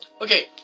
Okay